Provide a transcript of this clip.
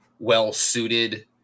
well-suited